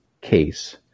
case